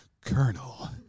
Colonel